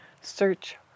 Search